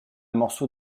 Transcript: morceau